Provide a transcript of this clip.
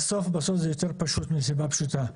בסוף זה יותר פשוט מסיבה פשוטה: